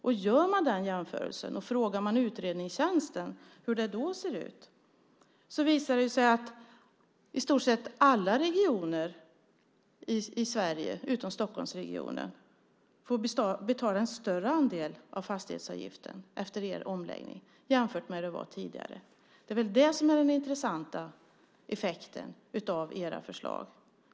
Om man frågar riksdagens utredningstjänst hur det ser ut om man gör den jämförelsen visar det sig att i stort sett alla regioner i Sverige utom Stockholmsregionen får betala en större andel av fastighetsavgiften efter er omläggning jämfört med hur det var tidigare. Det är väl det som är den intressanta effekten av era förslag.